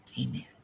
Amen